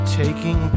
taking